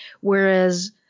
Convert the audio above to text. Whereas